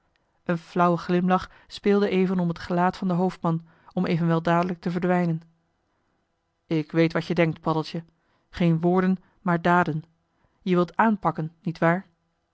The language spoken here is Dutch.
een flauwe glimlach speelde even om t gelaat van den hoofdman om evenwel dadelijk te verdwijnen ik weet wat je denkt paddeltje geen woorden maar daden je wilt aanpakken nietwaar